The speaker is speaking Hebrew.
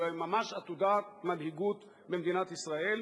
זו ממש עתודת מנהיגות במדינת ישראל.